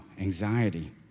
anxiety